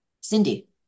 Cindy